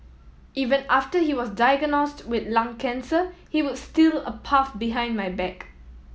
even after he was diagnosed with lung cancer he would steal a puff behind my back